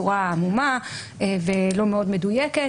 בצורה עמומה ולא מאוד מדויקת,